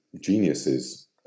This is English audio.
geniuses